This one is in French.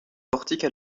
portique